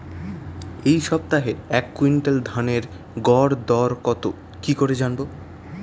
এই সপ্তাহের এক কুইন্টাল ধানের গর দর কত কি করে জানবো?